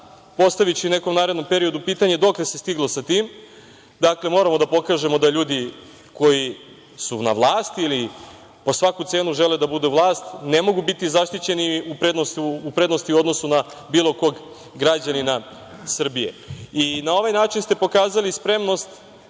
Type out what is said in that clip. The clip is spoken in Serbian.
Postaviću u nekom narednom periodu pitanje – dokle se stiglo sa tim? Dakle, moramo da pokažemo da ljudi koji su na vlasti ili po svaku cenu žele da budu vlast ne mogu biti zaštićeni u prednosti u odnosu na bilo kog građanina Srbije. Na ovaj način ste pokazali spremnost